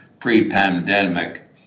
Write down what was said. pre-pandemic